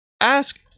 Ask